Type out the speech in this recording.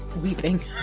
weeping